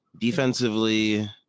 Defensively